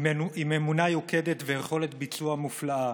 עם אמונה יוקדת ויכולת ביצוע מופלאה